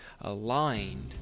aligned